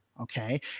Okay